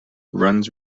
runs